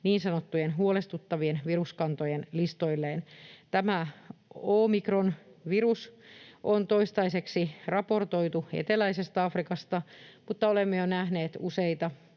niin sanottujen huolestuttavien viruskantojen listoilleen. Tätä omikronvirusmuunnosta on toistaiseksi raportoitu eteläisestä Afrikasta, mutta olemme jo nähneet useita